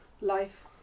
life